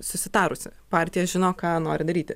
susitarusi partija žino ką nori daryti